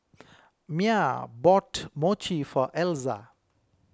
Mya bought Mochi for Elza